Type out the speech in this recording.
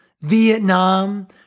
Vietnam